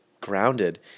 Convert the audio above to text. grounded